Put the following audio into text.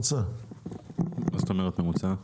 מה זאת אומרת ממוצע?